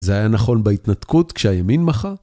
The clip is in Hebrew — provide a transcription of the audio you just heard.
זה היה נכון בהתנתקות כשהימין מחה?